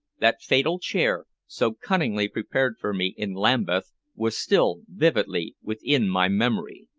that fatal chair so cunningly prepared for me in lambeth was still vividly within my memory.